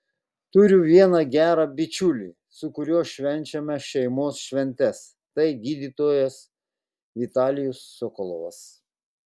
turiu vieną gerą bičiulį su kuriuo švenčiame šeimos šventes tai gydytojas vitalijus sokolovas